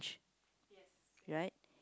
right